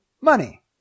money